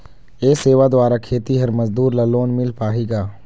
ये सेवा द्वारा खेतीहर मजदूर ला लोन मिल पाही का?